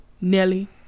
Nelly